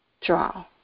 Draw